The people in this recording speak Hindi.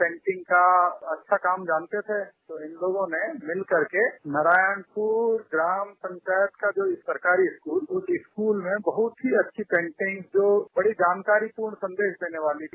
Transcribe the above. पेंटिंग का अच्छा काम जानते थे तो इन लोगों ने मिल करके नारायणपुर ग्राम पंचायत का जो सरकारी स्कूल में बहुत ही अच्छी पेंटिंग जो थोड़ी जानकारी थी सन्देश देने वाली थी